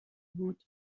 بود